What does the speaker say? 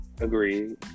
Agreed